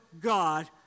God